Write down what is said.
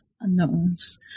unknowns